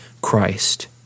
christ